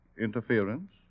interference